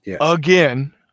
again